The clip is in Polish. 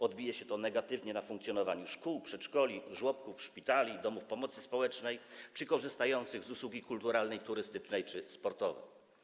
Odbije się to negatywnie na funkcjonowaniu szkół, przedszkoli, żłobków, szpitali, domów pomocy społecznej czy korzystających z usług kulturalnych, turystycznych czy sportowych.